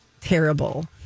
terrible